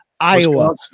Iowa